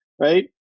right